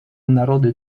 narody